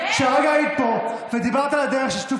שהרגע היית פה ודיברת על הדרך של שיתוף